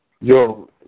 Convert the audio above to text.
Yo